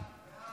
ההצעה